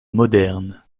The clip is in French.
moderne